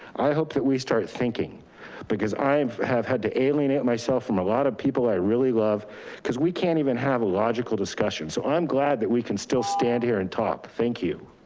i hope that we start thinking because i've had to alienate myself from a lot of people i really love cause we can't even have a logical discussion. so i'm glad that we can still stand here and talk. thank you.